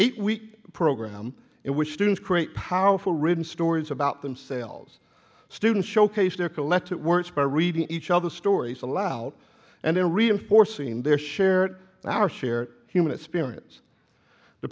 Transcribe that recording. eight week program in which students create powerful written stories about themselves students showcase their collected works by reading each other's stories aloud and then reinforcing their shared our share human experience the